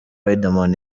riderman